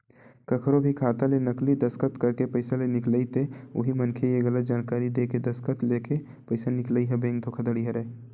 कखरो भी खाता ले नकली दस्कत करके पइसा के निकलई ते उही मनखे ले गलत जानकारी देय के दस्कत लेके पइसा निकलई ह बेंक धोखाघड़ी हरय